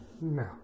No